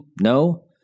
no